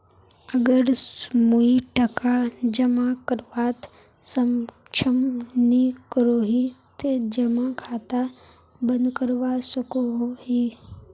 अगर मुई टका जमा करवात सक्षम नी करोही ते जमा खाता बंद करवा सकोहो ही?